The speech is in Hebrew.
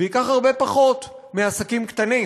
וייקח הרבה פחות מעסקים קטנים.